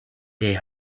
they